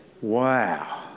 Wow